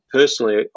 personally